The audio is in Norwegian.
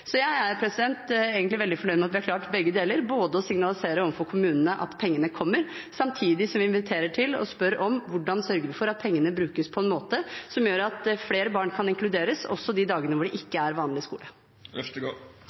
Så jeg er egentlig veldig fornøyd med at vi har klart begge deler: å signalisere overfor kommunene at pengene kommer, samtidig som vi inviterer til å høre hvordan vi sørger for at pengene brukes på en måte som gjør at flere barn kan inkluderes også de dagene hvor det